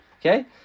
Okay